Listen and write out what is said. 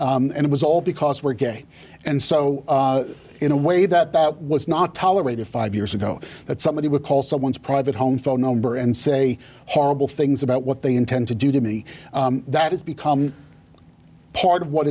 home and it was all because we're gay and so in a way that that was not tolerated five years ago that somebody would call someone's private home phone number and say horrible things about what they intend to do to me that it's become part of what